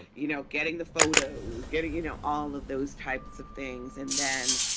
you know, getting the photos, getting, you know, all of those types of things. and then,